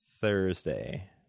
thursday